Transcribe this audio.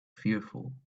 fearful